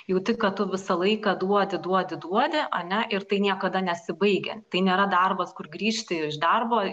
jauti kad tu visą laiką duodi duodi duodi ane ir tai niekada nesibaigia tai nėra darbas kur grįžti iš darbo